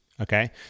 okay